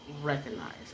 recognize